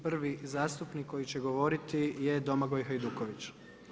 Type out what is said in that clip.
Prvi zastupnik koji će govoriti je Domagoj Hajduković.